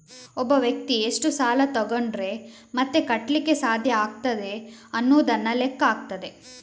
ಒಬ್ಬ ವ್ಯಕ್ತಿ ಎಷ್ಟು ಸಾಲ ತಗೊಂಡ್ರೆ ಮತ್ತೆ ಕಟ್ಲಿಕ್ಕೆ ಸಾಧ್ಯ ಆಗ್ತದೆ ಅನ್ನುದನ್ನ ಲೆಕ್ಕ ಹಾಕ್ತದೆ